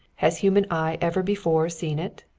has human eye ever before seen it?